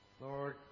Lord